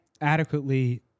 adequately